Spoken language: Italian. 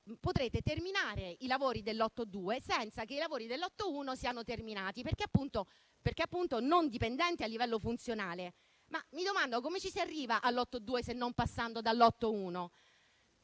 potrete terminare i lavori del lotto 2 senza che i lavori del lotto 1 siano terminati, perché appunto non dipendenti a livello funzionale. Mi domando però come si arrivi al lotto 2 se non passando dal